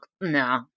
no